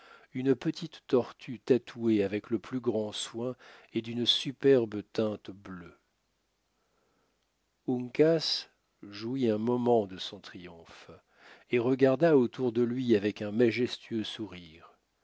une petite tortue tatouée avec le plus grand soin et d'une superbe teinte bleue uncas jouit un moment de son triomphe et regarda autour de lui avec un majestueux sourire